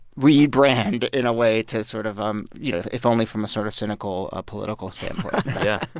rebrand, in a way, to sort of um you know, if only from a sort of cynical political standpoint yeah.